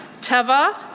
Teva